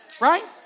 right